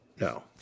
No